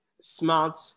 smart